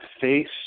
face